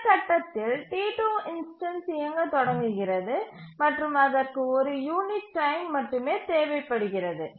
இந்த கட்டத்தில் T2 instance இயங்கத் தொடங்குகிறது மற்றும் அதற்கு 1 யூனிட் டைம் மட்டுமே தேவைப்படுகிறது